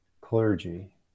clergy